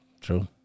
True